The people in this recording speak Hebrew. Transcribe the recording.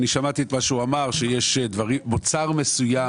אני שמעתי את מה שהוא אמר שיש מוצר מסוים